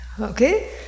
Okay